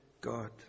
God